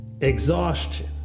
exhaustion